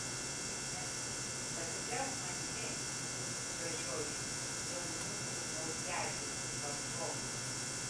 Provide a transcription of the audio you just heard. eime pasikliauk manimi gražioji jaunųjų najadžių varžove